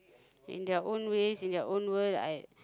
in their own ways in their own world I